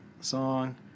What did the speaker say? song